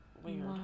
Weird